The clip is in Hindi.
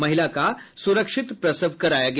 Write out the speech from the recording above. महिला का सुरक्षित प्रसव कराया गया